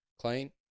clean